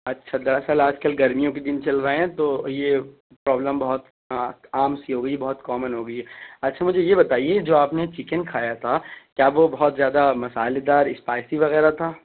اچھا دراصل آج کل گرمیوں کے دن چل رہے ہیں تو یہ پرابلم بہت عام سی ہو گئی بہت کامن ہو گئی ہے اچھا مجھے یہ بتائیے جو آپ نے چکن کھایا تھا کیا وہ بہت زیادہ مسالے دار اسپائیسی وغیرہ تھا